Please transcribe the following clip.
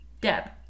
Deb